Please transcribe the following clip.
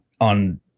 on